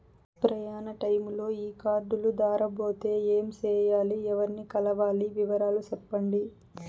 ప్రయాణ టైములో ఈ కార్డులు దారబోతే ఏమి సెయ్యాలి? ఎవర్ని కలవాలి? వివరాలు సెప్పండి?